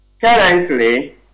currently